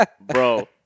bro